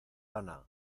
lana